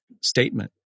statement